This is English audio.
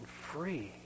free